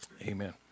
amen